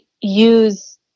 use